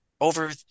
over